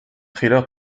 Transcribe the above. thriller